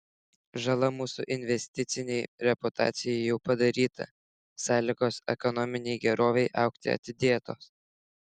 žala mūsų investicinei reputacijai jau padaryta sąlygos ekonominei gerovei augti atidėtos